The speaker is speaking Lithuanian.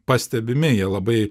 pastebimi jie labai